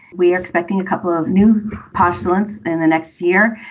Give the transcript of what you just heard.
we are expecting a couple of new patients in the next year.